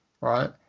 right